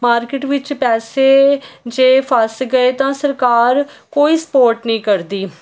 market ਵਿੱਚ ਪੈਸੇ ਜੇ ਫਸ ਗਏ ਤਾਂ ਸਰਕਾਰ ਕੋਈ ਸਪੋਰਟ ਨਹੀਂ ਕਰਦੀ